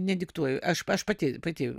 nediktuoju aš aš pati pati